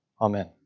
Amen